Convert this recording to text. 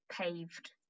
paved